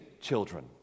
children